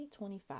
2025